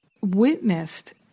witnessed